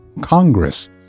Congress